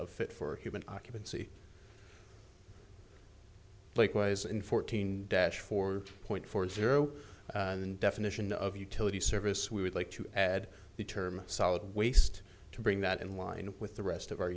of fit for human occupancy likewise in fourteen dash four point four zero and definition of utility service we would like to add the term solid waste to bring that in line with the rest of our